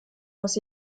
was